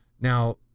Now